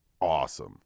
awesome